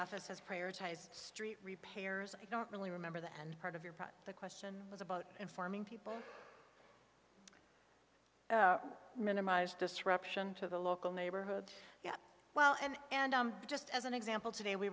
office has prioritized street repairs i don't really remember the and part of your project the question was about informing people minimize disruption to the local neighborhood yeah well and and just as an example today we